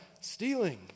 stealing